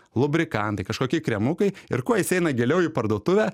lubrikantai kažkokie kremukai ir kuo jis eina giliau į parduotuvę